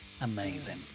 Amazing